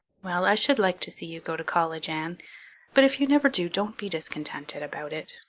well, i should like to see you go to college, anne but if you never do, don't be discontented about it.